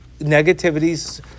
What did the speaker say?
negativities